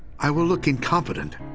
i will look incompetent.